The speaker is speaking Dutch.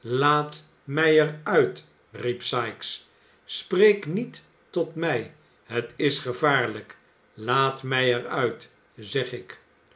laat mij er uit riep sikes spreek niet tot mij het is gevaarlijk laat mij er uit zeg ik